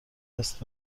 است